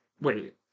wait